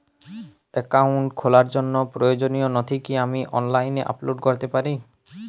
Account খোলার জন্য প্রয়োজনীয় নথি কি আমি অনলাইনে আপলোড করতে পারি?